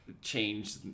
change